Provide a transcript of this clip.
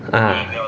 ah